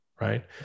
right